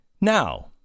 now